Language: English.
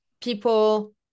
people